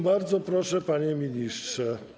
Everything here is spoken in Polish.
Bardzo proszę, panie ministrze.